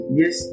yes